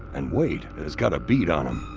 and wade has got a bead on him.